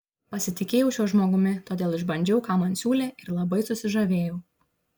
pasitikėjau šiuo žmogumi todėl išbandžiau ką man siūlė ir labai susižavėjau